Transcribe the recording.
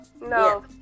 no